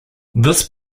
this